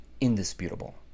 indisputable